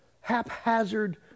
haphazard